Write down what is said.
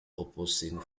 opposing